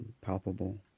palpable